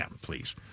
please